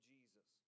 Jesus